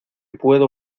puedo